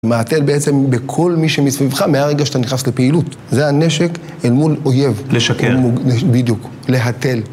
מהתל בעצם בכל מי שמסביבך מהרגע שאתה נכנס לפעילות. זה הנשק אל מול אויב. לשקר. בדיוק, להתל.